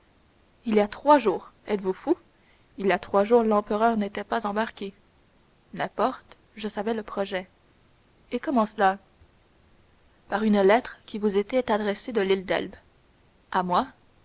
il y a trois jours êtes-vous fou il y a trois jours l'empereur n'était pas embarqué n'importe je savais le projet et comment cela par une lettre qui vous était adressée de l'île d'elbe à moi